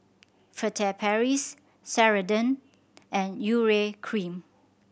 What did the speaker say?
Furtere Paris Ceradan and Urea Cream